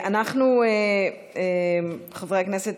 חברי הכנסת,